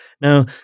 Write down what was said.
Now